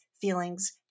feelings